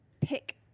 pick